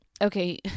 Okay